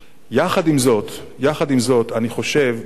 יחד עם זאת, יחד עם זאת, אני חושב שלנו,